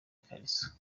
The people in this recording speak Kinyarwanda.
ikariso